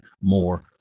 more